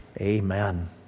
Amen